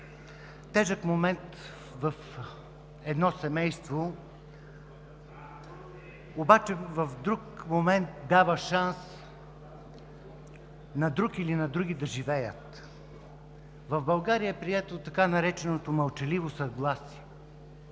тежък момент в едно семейство, обаче в друг момент дава шанс на друг или други да живеят. В България е прието така нареченото „мълчаливо съгласие“,